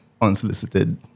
unsolicited